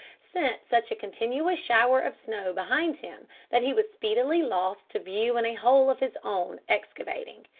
sent such a continuous shower of snow behind him that he was speedily lost to view in a hole of his own excavating.